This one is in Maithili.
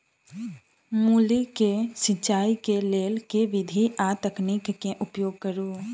मूली केँ सिचाई केँ के विधि आ तकनीक केँ उपयोग करू?